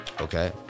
Okay